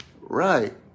Right